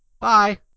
bye